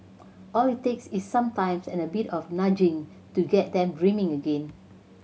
all it takes is some time and a bit of nudging to get them dreaming again